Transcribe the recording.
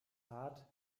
hart